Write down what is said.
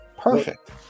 Perfect